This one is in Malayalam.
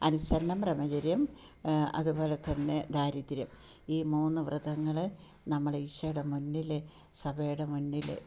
അനുസരണം ബ്രഹ്മചര്യം അതുപോലെ തന്നെ ദാരിദ്രം ഈ മൂന്ന് വ്രതങ്ങൾ നമ്മടെ ഈശോയുടെ മുന്നിൽ സഭയുടെ മുന്നിൽ